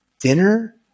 Dinner